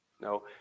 No